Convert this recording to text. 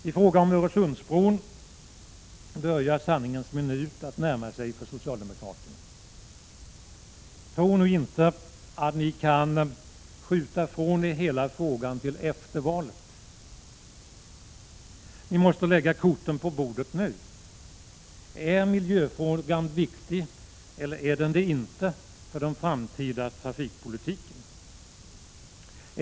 I fråga om Öresundsbron börjar sanningens minut att närma sig för socialdemokraterna. Tro nu inte att ni kan skjuta ifrån er hela frågan till efter valet. Ni måste lägga korten på bordet nu. Är miljöfrågan viktig eller är den det inte för den framtida trafikpolitiken?